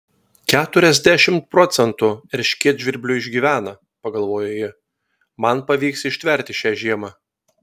keturiasdešimt procentų erškėtžvirblių išgyvena pagalvojo ji man pavyks ištverti šią žiemą